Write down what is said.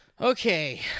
okay